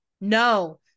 no